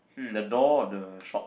mm the door the shop